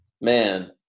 man